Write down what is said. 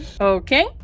Okay